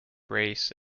race